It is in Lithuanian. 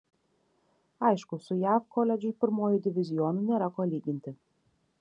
aišku su jav koledžų pirmuoju divizionu nėra ko lyginti